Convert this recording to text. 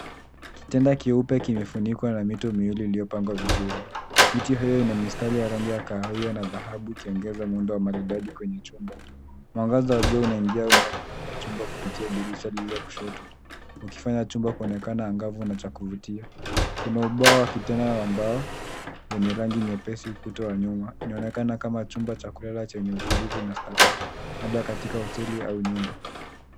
Kitanda kieupe kimefunikwa na mito miwili iliyopangwa vizuri. Mito hiyo ina mistari iliyo ya rangi ya kahawia na dhahabu, ikiongeza muundo wa maridadi kwenye chumba. Mwangaza wa jua unaingia ndani ya chumba kupitia dirisha lililo kushoto, ukifanya chumba kuonekana angavu na cha kuvutia. Kuna ubao wa kitanda na mabawa wenye rangi nyepesi ukuta wa nyuma. Inaonekana kama chumba cha kulala chenye utulivu na starehe, labda katika hoteli au nyumba.